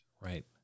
Right